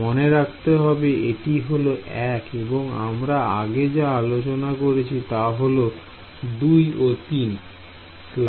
মনে রাখতে হবে এটি হলো 1 এবং আমরা আগে যা আলোচনা করেছি তাহল 2 ও 3